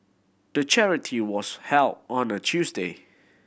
the charity was held on a Tuesday